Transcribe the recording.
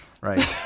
Right